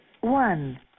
One